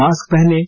mask पहनें